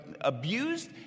abused